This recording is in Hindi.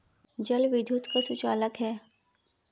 जल विद्युत का सुचालक है